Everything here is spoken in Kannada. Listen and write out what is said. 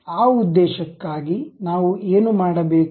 ಆ ಉದ್ದೇಶಕ್ಕಾಗಿ ನಾವು ಏನು ಮಾಡಬೇಕು